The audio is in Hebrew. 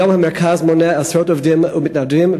כיום המרכז מונה עשרות עובדים ומתנדבים,